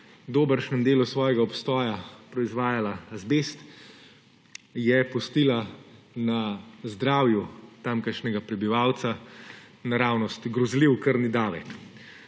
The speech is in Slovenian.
dobršnem delu svojega obstoja proizvajala azbest, je pustila na zdravju tamkajšnjega prebivalstva naravnost grozljiv krvni davek.